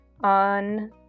on